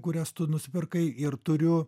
kurias tu nusipirkai ir turiu